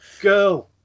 girl